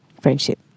friendship